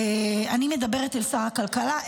אני מדברת אל שר הכלכלה,